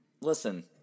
Listen